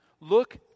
look